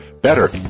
better